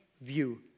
view